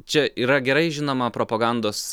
čia yra gerai žinoma propagandos